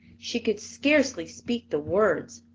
she could scarcely speak the words.